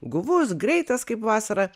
guvus greitas kaip vasarą